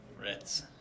Ritz